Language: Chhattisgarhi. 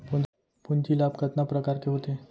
पूंजी लाभ कतना प्रकार के होथे?